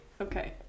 okay